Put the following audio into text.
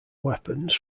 weapons